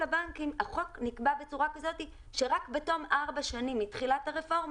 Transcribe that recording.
החוק נקבע בצורה כזאת שרק בתום ארבע שנים מתחילת הרפורמה,